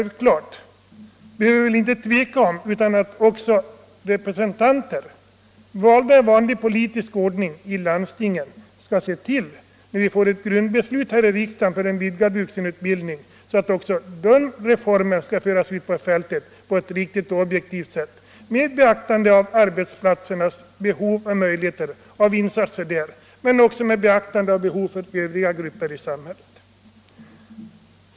Vi behöver självfallet inte tvivla på att de i vanlig politisk ordning valda ledamöterna i landstingen kommer att se till, att riksdagens beslut om en vidgad vuxenutbildning kommer att föras ut på fälten på ett riktigt sätt och ati man därvid beaktar behoven och insatserna både på arbetsplatserna och på andra håll i samhället.